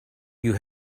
you